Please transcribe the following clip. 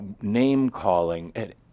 name-calling